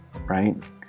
right